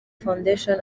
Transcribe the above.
foundation